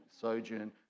sojourn